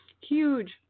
huge